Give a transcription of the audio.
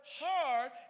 hard